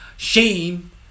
Shame